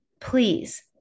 please